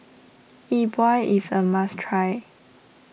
Yi Bua is a must try